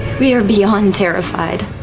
we are beyond terrified.